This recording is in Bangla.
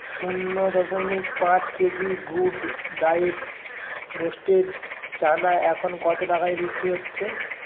শূন্য দশমিক পাঁচ KG good diet roasted chana এখন কত টাকায় বিক্রি হচ্ছে